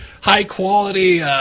high-quality